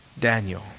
Daniel